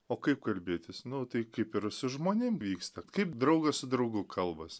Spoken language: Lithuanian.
o kaip kalbėtis nu tai kaip ir su žmonėm vyksta kaip draugas su draugu kalbas